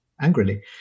angrily